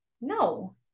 No